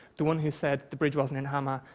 the one who said the bridge wasn't in hama,